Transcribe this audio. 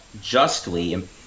justly